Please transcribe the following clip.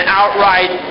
outright